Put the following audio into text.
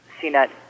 CNET